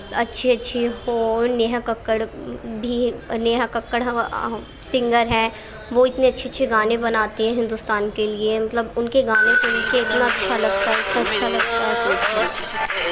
اچھی اچھی ہو نیہا ککّڑ بھی نیہا ککّڑ سنگر ہیں وہ اتنے اچھے اچھے گانے بناتی ہیں ہندوستان کے لیے مطلب ان کے گانے سن کے اتنا اچھا لگتا اتنا اچھا لگتا ہے پوچھو مت